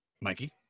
Mikey